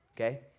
okay